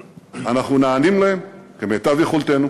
אנחנו נענים להן כמיטב יכולתנו